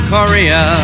Korea